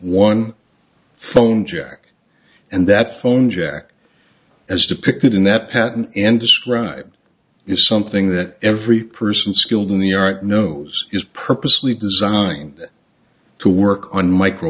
one phone jack and that phone jack as depicted in that patent and describe is something that every person skilled in the art knows is purposely designed to work on micro